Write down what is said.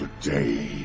Today